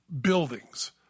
buildings